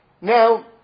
Now